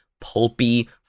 pulpy